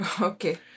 Okay